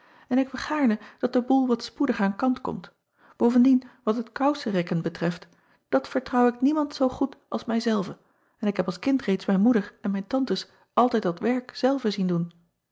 en ik heb gaarne dat de boêl wat spoedig aan kant komt ovendien wat het kousen rekken betreft dat vertrouw ik niemand zoo goed als mij zelve en ik heb als kind reeds mijn moeder en mijn tantes altijd dat werk zelve zien doen